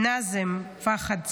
נאזם פאח'ר סעב,